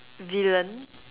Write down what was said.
villain